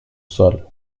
sol